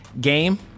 game